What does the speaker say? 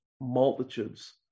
multitudes